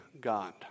God